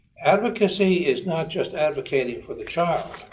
advocacy is not just advocating for the child,